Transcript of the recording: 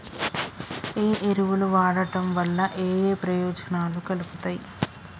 ఏ ఎరువులు వాడటం వల్ల ఏయే ప్రయోజనాలు కలుగుతయి?